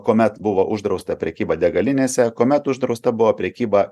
kuomet buvo uždrausta prekyba degalinėse kuomet uždrausta buvo prekyba